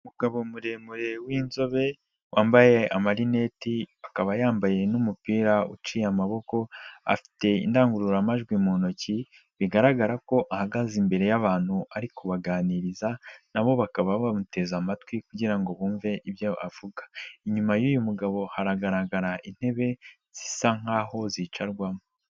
Umugabo muremure w'inzobe wambaye amarineti, akaba yambaye n'umupira uciye amaboko, afite indangururamajwi mu ntoki, bigaragara ko ahagaze imbere y'abantu ari kubaganiriza, nabo bakaba bamuteze amatwi kugira ngo bumve ibyo avuga. Inyuma y'uyu mugabo haragaragara intebe zisa nkaho zicarwamo.